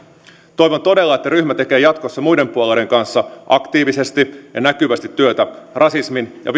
toivon todella että ryhmä tekee jatkossa muiden puolueiden kanssa aktiivisesti ja näkyvästi työtä rasismin ja